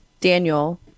Daniel